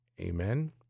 Amen